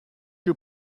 you